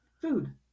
Food